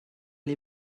les